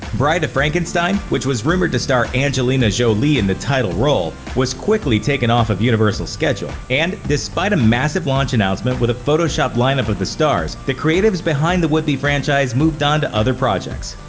bride of frankenstein, which was rumored to star angelina jolie in the title role, was quickly taken off of universal's schedule, and, despite a massive launch announcement with a photoshopped lineup of the stars, the creatives behind the would-be franchise moved on to other projects.